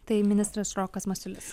tai ministras rokas masiulis